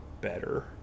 better